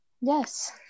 Yes